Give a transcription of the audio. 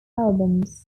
albums